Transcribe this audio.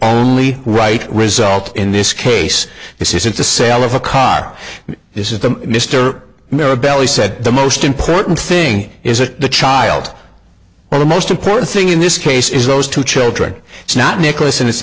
only right result in this case this isn't the sale of a car this is the mr mirabelle he said the most important thing is a child the most important thing in this case is those two children it's not nicholas and it's